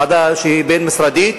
ועדה בין-משרדית